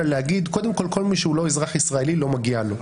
אלא להגיד: קודם כול מי שהוא לא אזרח ישראלי לא מגיע לו.